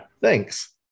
thanks